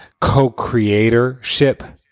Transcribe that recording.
co-creatorship